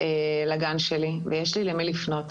לגן שלי, ויש לי למי לפנות.